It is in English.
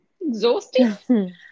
exhausting